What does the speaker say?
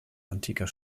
antiker